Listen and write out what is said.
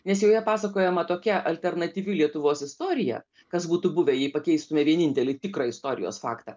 nes joje pasakojama tokia alternatyvi lietuvos istorija kas būtų buvę jei pakeistume vienintelį tikrą istorijos faktą